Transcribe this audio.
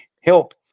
help